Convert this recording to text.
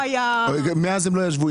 הוא היה --- מאז הם לא ישבו,